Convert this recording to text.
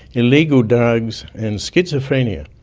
illegal drugs and schizophrenia.